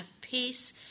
peace